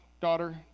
daughter